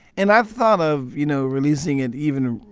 and i thought of, you know, releasing it even,